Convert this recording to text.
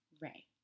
Ray